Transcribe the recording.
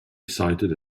excited